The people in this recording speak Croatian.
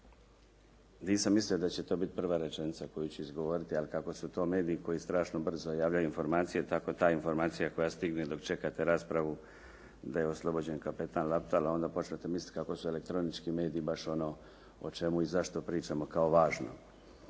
Nisam mislio da će to biti prva rečenica koju ću izgovoriti ali kako su to mediji koju strašno brzo javljaju informacije tako ta informacija koja stigne dok čekate raspravu da je oslobođen kapetan Laptalo, onda počnete misliti kako su elektronički mediji o čemu i zašto pričamo kao važno.